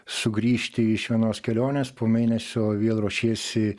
sugrįžti iš vienos kelionės po mėnesio vėl ruošiesi